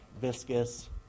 viscous